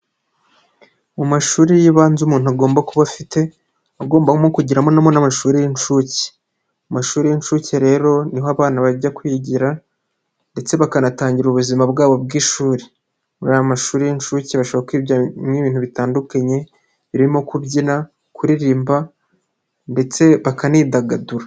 Mu mashuri y'ibanze umuntu agomba kuba afite, aba agomba nko kugiramo n'amashuri y'inshuke, amashuri y'inshuke rero ni ho abana bajya kwigira ndetse bakanatangira ubuzima bwabo bw'ishuri, muri aya mashuri y'inshuke bashobora kwiga n'ibintu bitandukanye birimo kubyina, kuririmba ndetse bakanidagadura.